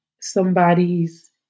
somebody's